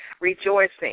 rejoicing